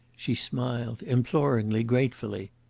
she smiled imploringly, gratefully.